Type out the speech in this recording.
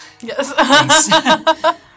Yes